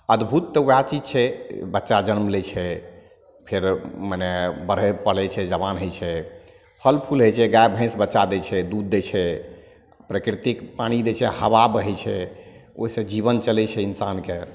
अद्भुत तऽ वएह चीज छै बच्चा जन्म लै छै फेर मने बढ़ै पलै छै जबान होइ छै फल फूल होइ छै गाय भैंस बच्चा दै छै दूध दै छै प्राकृर्तिक पानि दै छै हबा बहै छै ओहि सऽ जीबन चलै छै इंसानके